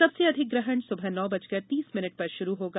सबसे अधिक ग्रहण सुबह नौ बजकर तीस मिनट पर शुरू होगा